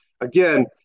again